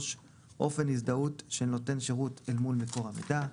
אופן הזדהות של נותן שירות אל מול מקור המידע.